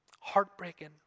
Heartbreaking